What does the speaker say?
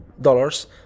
dollars